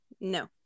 No